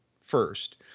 first